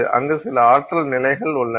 அங்கு சில ஆற்றல் நிலைகள் உள்ளன